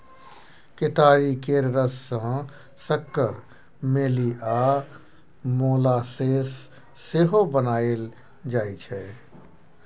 केतारी केर रस सँ सक्कर, मेली आ मोलासेस सेहो बनाएल जाइ छै